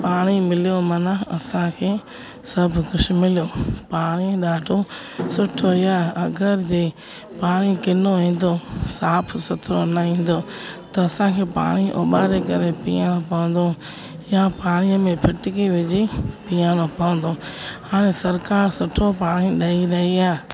पाणी मिलियो माना असांखे सभु कुझु मिलियो पाणी ॾाढो सुठो ई आहे अगरि जे पाणी किनो ईंदो साफ़ु सुथिरो न ईंदो त असांखे पाणी उॿारे करे पीअणो पवंदो या पाणीअ में फिटिकी विझी पीअणो पवंदो हाणे सरकारु सुठो पाणी ॾेई रही आहे